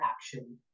action